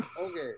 Okay